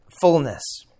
fullness